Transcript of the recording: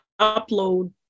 upload